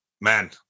man